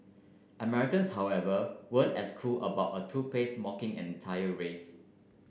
Americans however weren't as cool about a toothpaste mocking an entire race